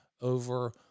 over